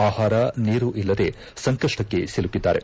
ಆಹಾರ ನೀರು ಇಲ್ಲದೆ ಸಂಕಷ್ಟಕ್ಕೆ ಸಿಲುಕಿದ್ದಾರೆ